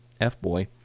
F-boy